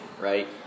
right